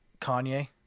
Kanye